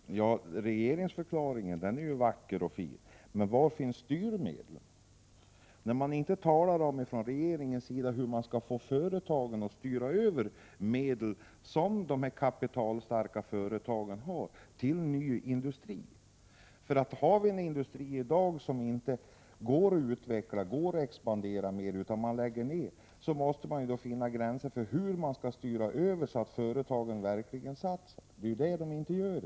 STORA gjorde under 1985 en vinst på 1,1 miljarder kronor. STORA planerar att lägga ner sågen i Skutskär. ”En fortsatt strukturomvandling i näringslivet är nödvändig. För att denna skall kunna ske i socialt acceptabla former fordras att företagen tar ansvar för de sysselsättningsmässiga konsekvenserna. Den ökning av lönsamheten och den finansiella konsolidering som ägt rum under senare år skapar förutsättningar för detta.” Kommer regeringen att kräva att STORA tar ansvar för de förlorade arbetstillfällena vid sågen i Skutskär?